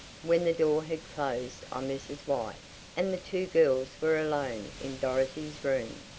when the door had closed on mrs. white and the two girls were alone in dorothy's room,